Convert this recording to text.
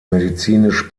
medizinisch